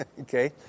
Okay